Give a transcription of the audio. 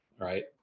right